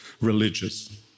religious